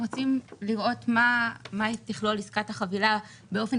רוצים לראות מה תכלול עסקת החבילה באופן